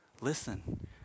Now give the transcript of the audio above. listen